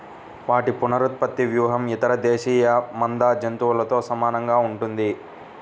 వాటి పునరుత్పత్తి వ్యూహం ఇతర దేశీయ మంద జంతువులతో సమానంగా ఉంటుంది